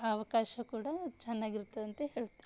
ಅವಕಾಶ ಕೂಡ ಚೆನ್ನಾಗಿರ್ತದಂತ ಹೇಳ್ತೀನಿ